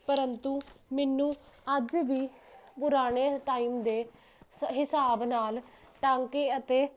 ਪਰੰਤੂ ਮੈਨੂੰ ਅੱਜ ਵੀ ਪੁਰਾਣੇ ਟਾਈਮ ਦੇ ਹਿਸਾਬ ਨਾਲ ਟਾਂਕੇ ਅਤੇ